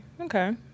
okay